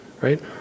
right